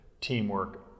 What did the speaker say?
teamwork